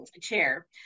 chair